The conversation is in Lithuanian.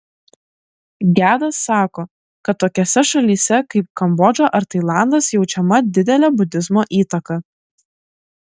gedas sako kad tokiose šalyse kaip kambodža ar tailandas jaučiama didelė budizmo įtaka